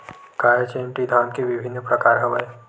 का एच.एम.टी धान के विभिन्र प्रकार हवय?